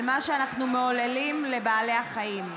על מה שאנחנו מעוללים לבעלי החיים.